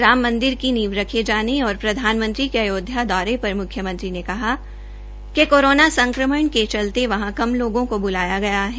राम मंदिर की नीवंश रखे जाने और प्रधानमंत्री के अयोध्या दौरे पर मुख्यमंत्री ने कहा कि कोरोना संक्रमण के चलते वहां कम लोगों को बुलाया गया है